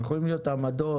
יכולות להיות עמדות,